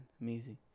Amazing